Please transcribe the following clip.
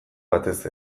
batez